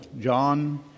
John